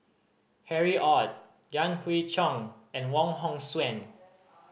Harry Ord Yan Hui Chang and Wong Hong Suen